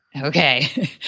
Okay